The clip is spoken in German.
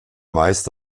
meist